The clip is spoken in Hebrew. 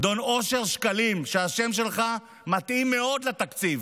אדון אושר שקלים, שהשם שלך מתאים מאוד לתקציב,